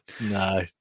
No